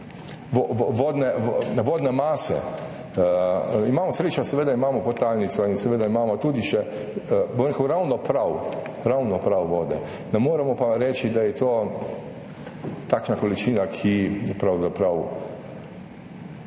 vodne mase. Imamo srečo, seveda imamo podtalnico in seveda imamo tudi še, bom rekel, ravno prav vode, ne moremo pa reči, da je to takšna količina, ki je pravzaprav